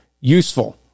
useful